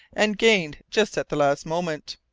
and gained just at the last moment.